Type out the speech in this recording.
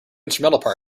instrumental